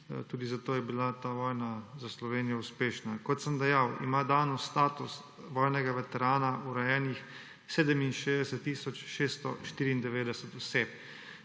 tudi zato je bila ta vojna za Slovenijo uspešna. Kot sem dejal, ima danes status vojnega veterana urejenih 67 tisoč 694 oseb.